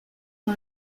fue